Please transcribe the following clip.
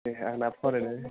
दे आंना फरायनाया